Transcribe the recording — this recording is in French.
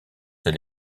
ses